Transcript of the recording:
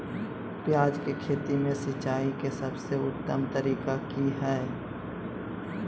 प्याज के खेती में सिंचाई के सबसे उत्तम तरीका की है?